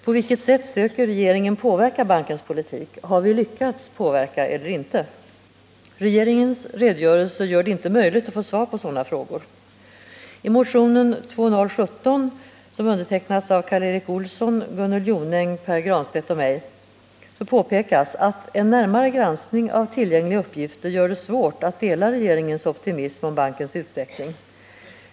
På vilket sätt söker regeringen påverka bankens politik? Har vi lyckats påverka eller inte? Regeringens redogörelse gör det inte möjligt att få svar på sådana frågor. I motionen 2017, som undertecknats av Karl Erik Olsson, Gunnel Jonäng, Pär Granstedt och mig, påpekas att en närmare granskning av tillgängliga uppgifter gör det svårt att dela regeringens optimism om bankens utveckling.